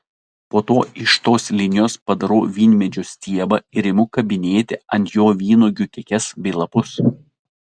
po to iš tos linijos padarau vynmedžio stiebą ir imu kabinėti ant jo vynuogių kekes bei lapus